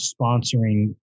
sponsoring